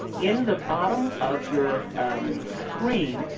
in the bottom of your screen,